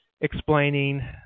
explaining